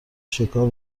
شکار